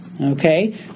Okay